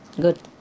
Good